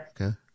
Okay